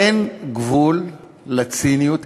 אין גבול לציניות,